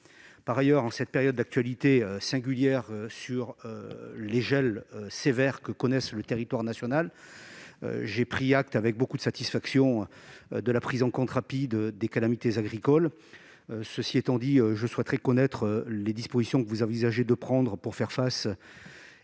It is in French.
Ensuite, en cette période d'actualité singulière, avec les gels sévères que connaît le territoire national, j'ai pris acte avec beaucoup de satisfaction de la prise en compte rapide des calamités agricoles. Cela étant, je souhaiterais connaître les dispositions que vous envisagez de prendre pour faire face